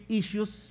issues